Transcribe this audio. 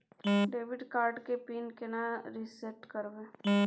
Debit card के PIN केना reset करब?